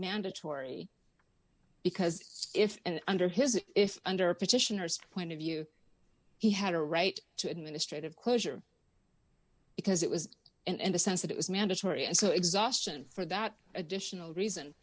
mandatory because if and under his if under petitioners point of view he had a right to administrative closure because it was in the sense that it was mandatory and so exhaustion for that additional reason